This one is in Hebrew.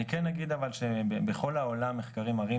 אני כן אגיד שבכל העולם מחקרים מראים